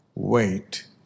Wait